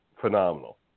phenomenal